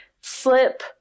Slip